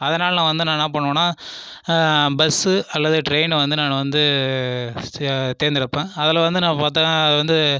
அதனால நான் வந்து நான் என்ன பண்ணுவேனா பஸ்ஸு அல்லது ட்ரைன் வந்து நான் வந்து தேர்ந்து எடுப்பேன் அதில் வந்து நான் பார்த்தா வந்து